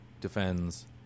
defends